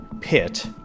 pit